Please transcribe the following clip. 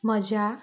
म्हज्या